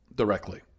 Directly